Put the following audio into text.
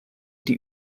die